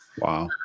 Wow